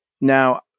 now